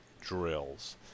drills